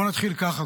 בואו נתחיל ככה,